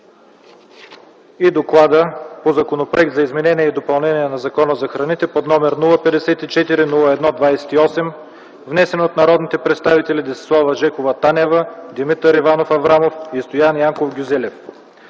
относно Законопроект за изменение и допълнение на Закона за храните, № 054-01-28, внесен от народните представители Десислава Жекова Танева, Димитър Иванов Аврамов и Стоян Янков Гюзелев.